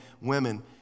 women